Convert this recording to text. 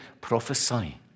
prophesy